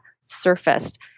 surfaced